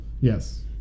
Yes